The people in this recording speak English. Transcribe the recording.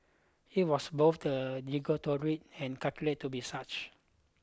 it was both the derogatory and calculate to be such